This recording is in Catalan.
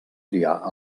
triar